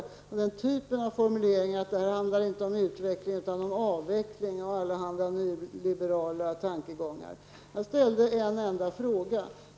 Det gäller den typ av formuleringar som går ut på att det här inte handlar om utveckling utan om avveckling och allehanda nyliberala tankegångar. Jag ställde en enda fråga.